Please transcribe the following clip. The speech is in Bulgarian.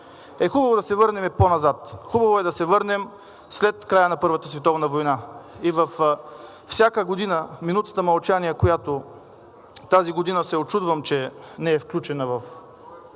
е хубаво да се върнем по-назад, хубаво е да се върнем след края на Първата световна война. И всяка година в минутата мълчание, която тази година се учудвам, че не е включена в